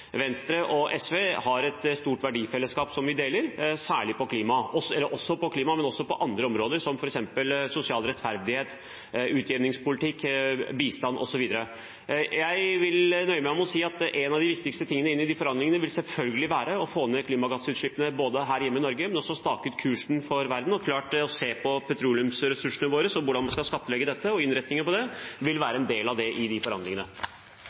Venstre og SV har et stort verdifellesskap som de deler, særlig på klimaområdet, men også på andre områder, som f.eks. sosial rettferdighet, utjevningspolitikk, bistand osv. Jeg vil nøye meg med å si at noe av det viktigste inn i de forhandlingene vil selvfølgelig være å få ned klimagassutslippene både her hjemme, i Norge, og også stake ut kursen for verden, og det er klart at å se på petroleumsressursene våre, hvordan vi skal skattlegge dette, og innretningen på det, vil være en del av de forhandlingene.